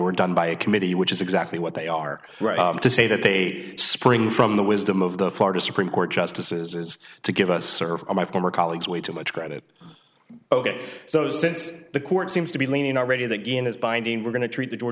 were done by a committee which is exactly what they are right to say that they spring from the wisdom of the florida supreme court justices to give us serve my former colleagues way too much credit so since the court seems to be leaning already that dean is binding we're going to treat the